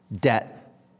Debt